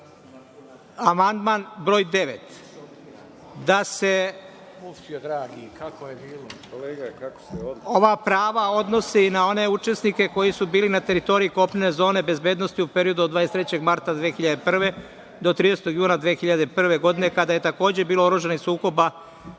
amandman broj 9. da se ova prava odnose i na one učesnike koji su bili na teritoriji kopnene zone bezbednosti od 23. marta 2001. godine do 30. juna 2001. godine, kada je takođe bilo oružanih sukoba